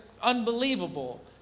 unbelievable